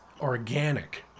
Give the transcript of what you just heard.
organic